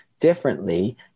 differently